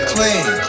Clean